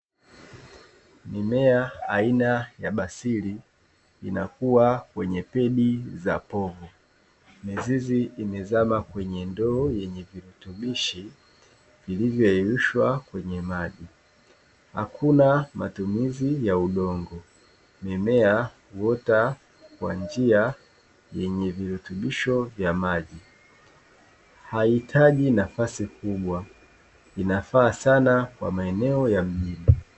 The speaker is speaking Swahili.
Mimea aina ya basili inakua kwenye pedi za povu, mizizi imezama kwenye ndoo yenye virutubishi vilivyoyeyushwa kwenye maji hakuna matumizi ya udongo mimea huota kwa njia yenye virutubisho vya maji, haihitaji nafasi kubwa inafaa sana kwa maeneo ya mjini.